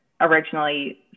originally